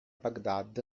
baghdad